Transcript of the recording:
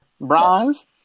Bronze